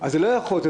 אז זה לא יכול להיות.